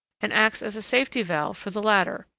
and acts as a safety-valve for the latter,